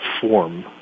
form